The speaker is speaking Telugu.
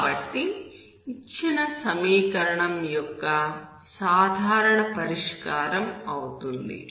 కాబట్టి ఇచ్చిన సమీకరణం యొక్క సాధారణ పరిష్కారం అవుతుంది